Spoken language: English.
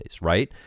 right